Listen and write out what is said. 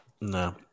No